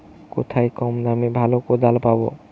কোথায় কম দামে ভালো কোদাল পাব?